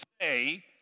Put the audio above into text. say